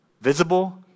visible